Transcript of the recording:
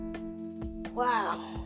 Wow